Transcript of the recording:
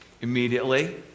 immediately